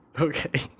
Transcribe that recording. Okay